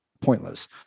pointless